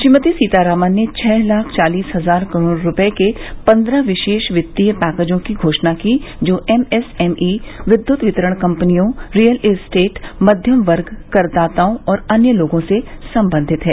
श्रीमती सीतारामन ने छह लाख चालीस हजार करोड़ रुपए के पन्द्रह विशेष वित्तीय पैकेजों की घोषणा की जो एमएसएमई विद्युत वितरण कंपनियों रियल एस्टेट मध्यम वर्ग करदाताओं और अन्य लोगों से संबंधित हैं